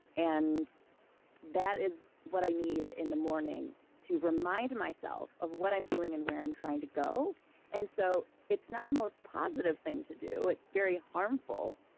and that is what i need in the morning to remind myself of what i'm doing and where i'm trying to go and so it's not the most positive thing to do. it's very harmful,